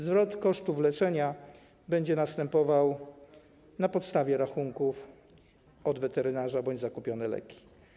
Zwrot kosztów leczenia będzie następował na podstawie rachunków od weterynarza bądź za kupione leki.